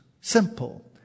Simple